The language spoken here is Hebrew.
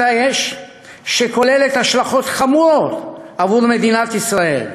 האש שכוללת השלכות חמורות עבור מדינת ישראל.